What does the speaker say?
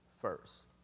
first